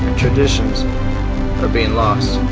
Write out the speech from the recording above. traditions are being lost.